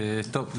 טוב.